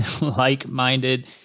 like-minded